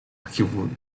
arquivo